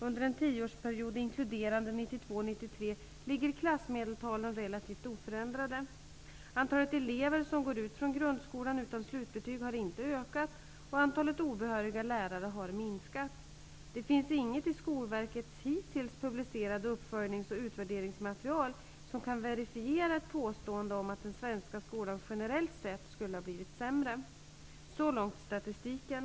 Under en tioårsperiod inkluderande 1992/93 ligger klassmedeltalen relativt oförändrade. Antalet elever som går ut från grundskolan utan slutbetyg har inte ökat, och antalet obehöriga lärare har minskat. Det finns inget i Skolverkets hittills publicerade uppföljningsoch utvärderingsmaterial som kan verifiera ett påstående om att den svenska skolan generellt sett skulle ha blivit sämre. Så långt statistiken.